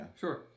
Sure